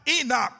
Enoch